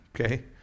okay